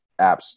apps